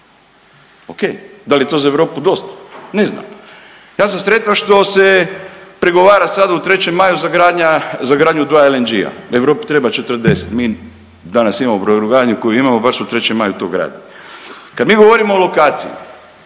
Ok. Da li je to za Europu dosta? Ne znam. Ja sam sretan što se pregovara sada u 3. Maju za gradnju dva LNG-a. Europi treba 40. Mi danas imamo brodogradnju koju imamo. Baš u 3. Maju to gradi. Kada mi govorimo o lokaciji,